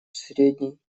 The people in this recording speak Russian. средней